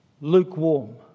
lukewarm